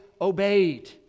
obeyed